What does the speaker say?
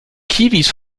kiwis